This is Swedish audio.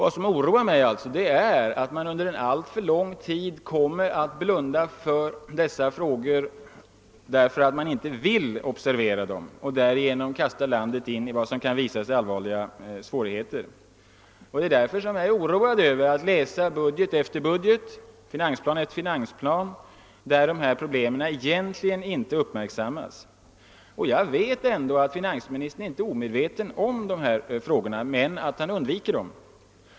Vad som oroar mig är att man under en alltför lång tid kommer att blunda för dessa frågor, därför att man inte vill observera dem, och därigenom kasta landet in i vad som kan visa sig vara allvarliga svårigheter. Det är därför som jag är oroad av att läsa budget efter budget och finansplan efter fi nansplan där dessa problem egentligen inte uppmärksammas. Jag vet ändå att finansministern inte är omedveten om dessa frågor, men han undviker dem.